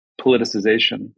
politicization